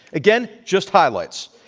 again, just highlights.